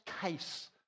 case